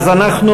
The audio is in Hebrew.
כל אחד עצמאי,